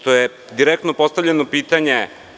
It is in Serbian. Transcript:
To je direktno postavljeno pitanje.